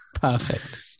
Perfect